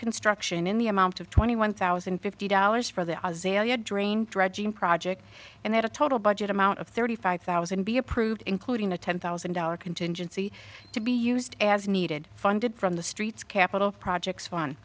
construction in the amount of twenty one thousand and fifty dollars for the azealia drain dredging project and that a total budget amount of thirty five thousand be approved including a ten thousand dollar contingency to be used as needed funded from the streets capital projects one